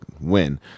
win